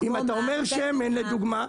אם אתה אומר שמן לדוגמא,